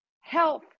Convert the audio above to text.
health